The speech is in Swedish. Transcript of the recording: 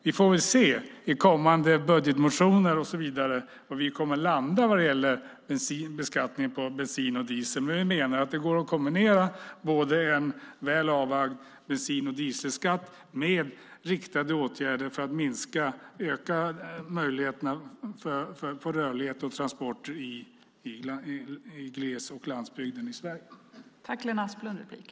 Vi får väl i kommande budgetmotioner se var vi kommer att landa när det gäller beskattningen på bensin och diesel. Vi menar att det går att kombinera en väl avvägd bensin och dieselskatt med riktade åtgärder för att öka möjligheterna för rörlighet och transporter i gles och landsbygden i Sverige.